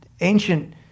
ancient